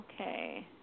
Okay